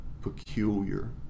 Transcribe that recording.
peculiar